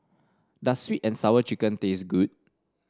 does sweet and Sour Chicken taste good